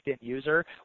user